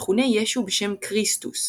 מכונה ישו בשם "כריסטוס",